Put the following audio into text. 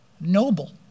noble